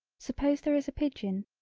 suppose there is a pigeon,